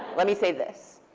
let me say this.